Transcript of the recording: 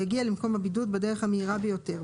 יגיע למקום הבידוד בדרך המהירה ביותר,